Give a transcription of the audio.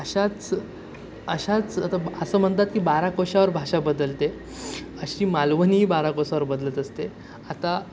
अशाच अशाच आता असं म्हणतात की बारा कोसावर भाषा बदलते अशी मालवणीही बारा कोसावर बदलत असते आता